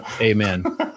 Amen